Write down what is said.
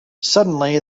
suddenly